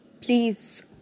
Please